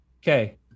okay